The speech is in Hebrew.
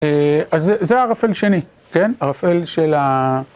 אז זה ערפל שני, כן? ערפל של ה...